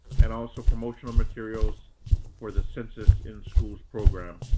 and also promotional materials for the census in schools programs.